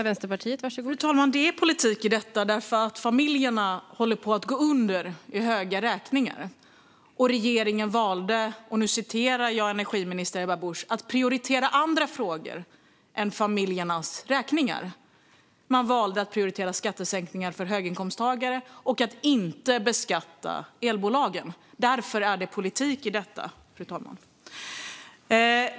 Fru talman! Det är politik i detta. Familjer håller på att gå under med höga räkningar. Regeringen valde, och nu citerar jag energiminister Ebba Busch, att prioritera andra frågor än familjers räkningar. Den valde att prioritera skattesänkningar för höginkomsttagare och att inte beskatta elbolagen. Därför är det politik i detta, fru talman.